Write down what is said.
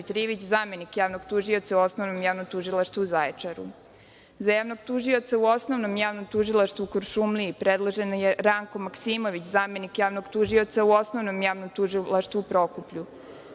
Dimitrijević, zamenik javnog tužioca u Osnovnom javnom tužilaštvu u Zaječaru.Za javnog tužioca u Osnovnom javnom tužilaštvu u Kuršumliji, predložen je Ranko Maksimović, zamenik javnog tužioca u Osnovnom javnom tužilaštvu u Prokuplju.